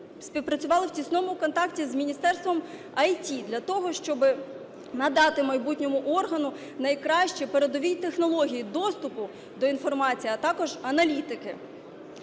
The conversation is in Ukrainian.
співпрацювали в тісному контакті з міністерством ІТ для того, щоби надати майбутньому органу найкращі передові технології доступу до інформації, а також аналітики.